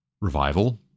revival